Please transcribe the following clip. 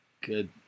Good